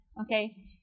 Okay